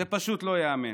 זה פשוט לא ייאמן.